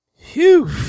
phew